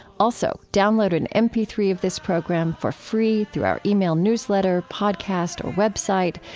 also, download an m p three of this program for free through our ah e-mail newsletter, podcast, or web site.